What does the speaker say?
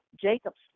Jacobs